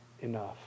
enough